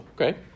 okay